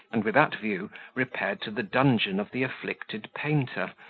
and with that view repaired to the dungeon of the afflicted painter,